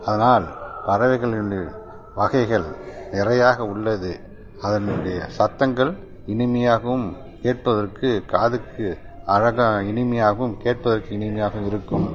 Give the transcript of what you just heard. அதனால் பறவைகளின் வகைகள் நிறையா உள்ளது அதனுடைய சத்தங்கள் இனிமையாகவும் கேட்பதற்கு காதுக்கு அழகாக இனிமையாகவும் கேட்பதற்கு இனிமையாகவும் இருக்கும்